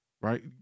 Right